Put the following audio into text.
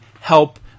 help